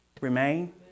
Remain